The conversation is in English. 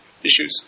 issues